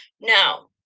Now